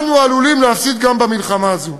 אנו עלולים להפסיד גם במלחמה הזאת.